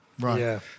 Right